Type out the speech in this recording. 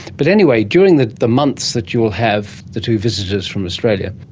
but anyway, during the the months that you will have the two visitors from australia,